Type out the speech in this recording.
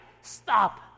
stop